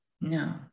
No